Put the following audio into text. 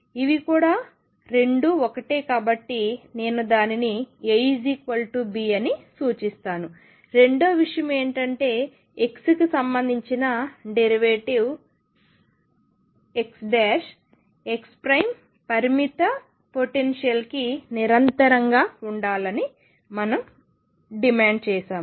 ఇవి రెండూ ఒకటే కాబట్టి నేను దానిని AB అని సూచిస్తానురెండో విషయం ఏమిటంటే xకి సంబంధించిన డెరివేటివ్ x ప్రైమ్ పరిమిత పొటెన్షియల్కి నిరంతరంగాకంటిన్న్యూస్ ఉండాలని మనం డిమాండ్ చేసాము